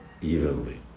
evenly